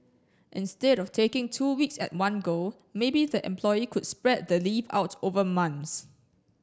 instead of taking two weeks at one go maybe the employee could spread the leave out over months